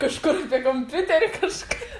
kažkur apie kompiuterį kažką